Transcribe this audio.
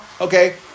okay